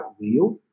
wheel